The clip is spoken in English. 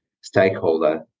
stakeholder